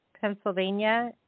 Pennsylvania